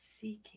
seeking